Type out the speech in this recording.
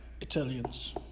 Italians